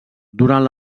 durant